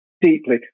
deeply